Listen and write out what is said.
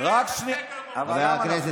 תראה איזה סדר מופתי.